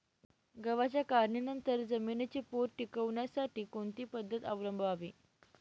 गव्हाच्या काढणीनंतर जमिनीचा पोत टिकवण्यासाठी कोणती पद्धत अवलंबवावी?